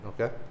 okay